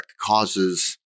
causes